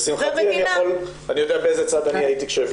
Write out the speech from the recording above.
לשמחתי אני יודע באיזה צד אני הייתי כשהביאו את החוק.